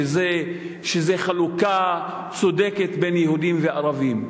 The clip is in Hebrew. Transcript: שזה חלוקה צודקת בין יהודים וערבים.